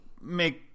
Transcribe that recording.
make